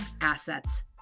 assets